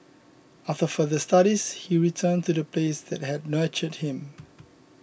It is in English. after further studies he returned to the place that had nurtured him